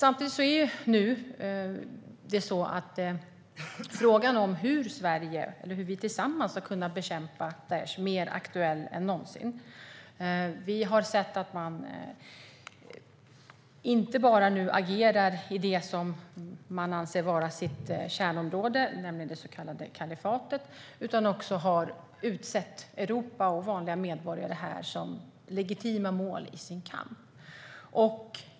Samtidigt är frågan om hur vi tillsammans ska kunna bekämpa Daish mer aktuell än någonsin. Vi har sett att de inte bara agerar i det som de anser vara sitt kärnområde, det så kallade kalifatet, utan att de också har utsett Europa och vanliga medborgare här till legitima mål i sin kamp.